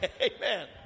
Amen